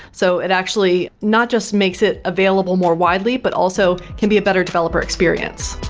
so it actually not just makes it available more widely but also can be a better developer experience